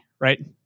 right